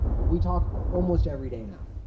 we talk almost every day now.